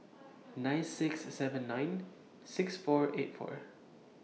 nine six seven nine six four eight four